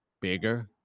bigger